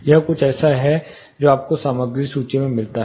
यह कुछ ऐसा है जो आपको सामग्री सूची में मिलता है